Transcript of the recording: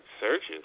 searches